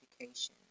Education